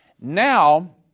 Now